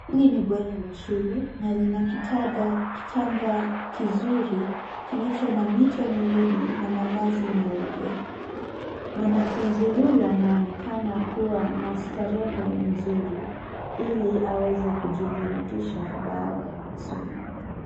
Hili ni bweni la shule, na lina kitanda kitanda kizuri kilicho na mito miwili na malazi nyeupe. Mwanafunzi huyu anaonekana kuwa na starehe nzuri ili aweze kujiburudisha baada ya masomo.